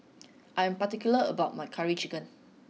I am particular about my curry chicken